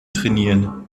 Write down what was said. trainieren